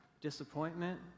disappointment